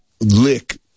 lick